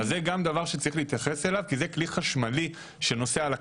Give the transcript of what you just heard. גם לזה יש להתייחס כי זה כלי חשמלי שנוסע על הכבישים,